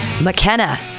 McKenna